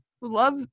Love